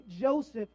Joseph